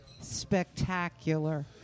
spectacular